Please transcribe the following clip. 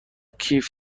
کیف